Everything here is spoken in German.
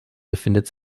befindet